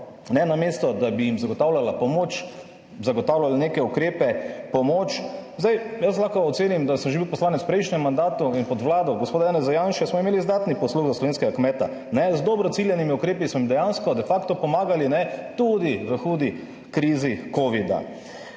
namesto, da bi jim zagotavljala pomoč, zagotavljali neke ukrepe, pomoč. Zdaj, jaz lahko ocenim, da sem že bil poslanec v prejšnjem mandatu in pod Vlado gospoda Janeza Janše smo imeli izdatni posluh za slovenskega kmeta, ne. Z dobro ciljanimi ukrepi so jim dejansko de facto pomagali, ne tudi v hudi krizi covida.